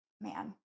man